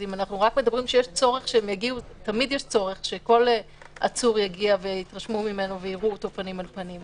אז תמיד יש צורך שכל עצור יגיע ויתרשמו ממנו ויראו אותו פנים אל פנים.